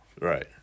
right